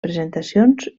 presentacions